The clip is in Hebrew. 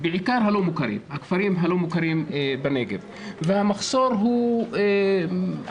ובעיקר הכפרים הלא מוכרים, והמחסור הוא עמוק.